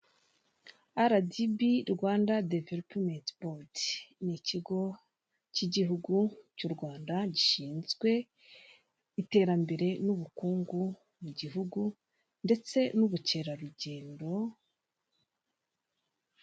RDB Rwanda Developomenti Bodi. Ni kigo cy’ igihugu cy’ u Rwanda gishizwe iterambere n’ ubukungu mu gihugu ndetse n'ubukerarugendo,...